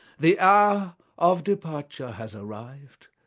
the hour of departure has arrived,